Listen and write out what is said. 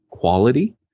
Quality